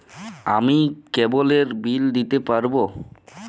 আমি কেবলের বিল দিতে পারবো?